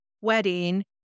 wedding